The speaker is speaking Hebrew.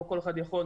לא כל אחד יכול,